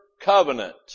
covenant